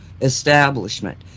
establishment